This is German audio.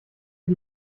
die